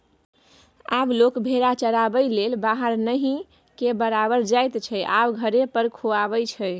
आब लोक भेरा चराबैलेल बाहर नहि केर बराबर जाइत छै आब घरे पर खुआबै छै